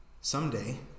someday